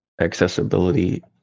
accessibility